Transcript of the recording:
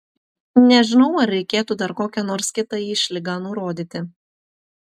nežinau ar reikėtų dar kokią nors kitą išlygą nurodyti